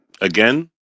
again